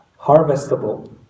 harvestable